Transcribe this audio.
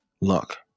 luck